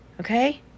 okay